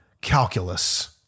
calculus